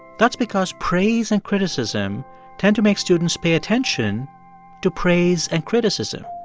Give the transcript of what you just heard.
that's because praise and criticism tend to make students pay attention to praise and criticism.